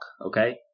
Okay